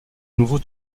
nouveau